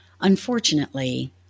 Unfortunately